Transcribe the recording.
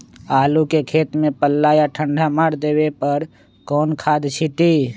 आलू के खेत में पल्ला या ठंडा मार देवे पर कौन खाद छींटी?